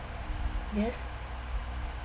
yes